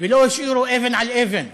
ולא השאירו אבן על אבן.